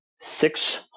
six